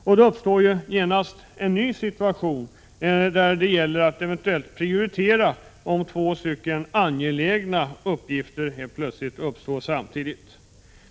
Då uppstår genast en ny situation där det gäller att eventuellt prioritera om två angelägna uppgifter helt plötsligt uppstår samtidigt.